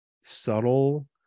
subtle